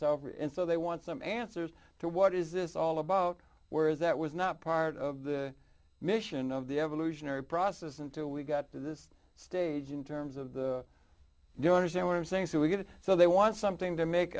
self and so they want some answers to what is this all about whereas that was not part of the mission of the evolutionary process until we got to this stage in terms of the doing as they were saying so we get it so they want something to make